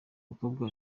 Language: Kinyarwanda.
mukobwa